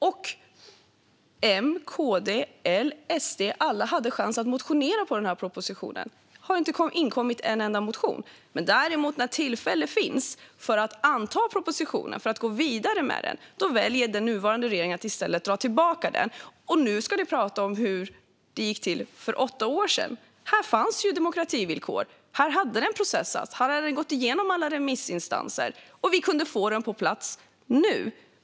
Alla - M, KD, L och SD - hade chans att motionera med anledning av propositionen. Det har inte inkommit en enda motion. När tillfälle sedan finns att anta propositionen och gå vidare med den väljer den nuvarande regeringen att i stället dra tillbaka den. Och nu ska ni prata om hur det gick till för åtta år sedan. Här fanns ju demokrativillkor. Propositionen hade processats och gått igenom alla remissinstanser, och vi kunde få den på plats nu.